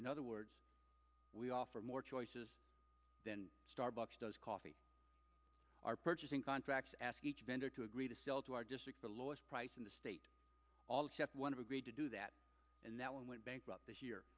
in other words we offer more choices than starbucks does coffee our purchasing contracts ask each vendor to agree to sell to our district the lowest price in the state all except one of agreed to do that and that one went bankrupt this year